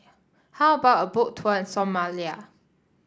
how about a Boat Tour in Somalia